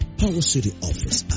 powercityoffice